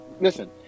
listen